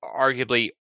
arguably